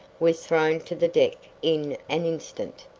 was thrown to the deck in an instant,